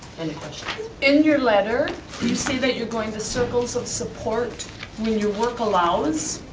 in your letter you say that you're going to circles of support when your work allows.